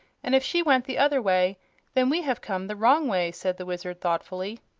and if she went the other way then we have come the wrong way, said the wizard, thoughtfully.